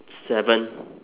seven